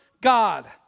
God